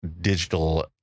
digital